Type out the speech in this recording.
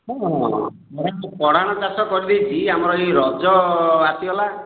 ହଁ ଚାଷ କରିଦେଇଛି ଆମର ଏଇ ରଜ ଆସିଗଲା